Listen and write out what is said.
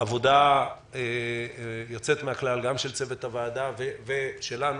עבודה יוצאת מן הכלל של צוות הוועדה וגם שלנו,